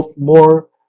more